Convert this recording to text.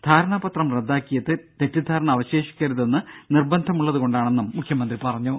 ധാരണാപത്രം റദ്ദാക്കിയത് തെറ്റിദ്ധാരണ അവശേഷിക്കരുതെന്ന് നിർബന്ധമുള്ളത് കൊണ്ടാണെന്നും മുഖ്യമന്ത്രി പറഞ്ഞു